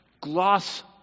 gloss